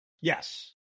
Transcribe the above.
Yes